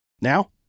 Now